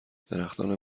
درختان